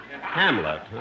Hamlet